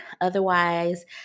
Otherwise